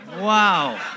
Wow